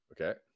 Okay